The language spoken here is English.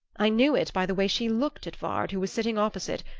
i knew it by the way she looked at vard, who was sitting opposite,